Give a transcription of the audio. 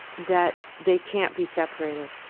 that they can't be separated